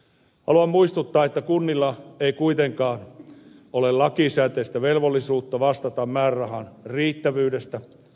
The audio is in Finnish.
haluan muistuttaa että kunnilla ei kuitenkaan ole lakisääteistä velvollisuutta vastata määrärahan riittävyydestä